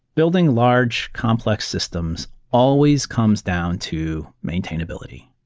building large, complex systems always comes down to maintainability.